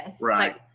right